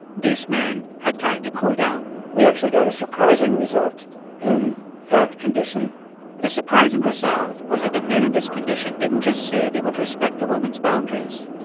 these men had time to cool down we actually got a surprising result in that condition the surprising result was that the men in this condition didn't just say they would respect the woman's boundaries.